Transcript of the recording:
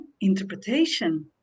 interpretation